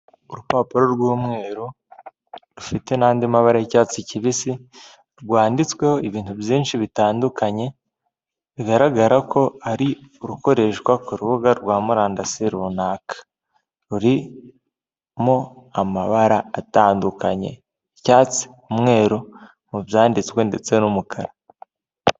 Urupapuro rw'umweru rufite n'andi mabara y'icyatsi kibisi, rwanditsweho ibintu byinshi bitandukanye bigaragara ko ari urukoreshwa ku rubuga rwa murandasi runaka, rurimo amabara atandukanye icyatsi, umweru mu byanditswe ndetse n'umukara.